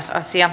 asia